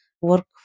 work